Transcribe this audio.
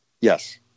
Yes